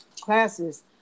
classes